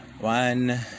one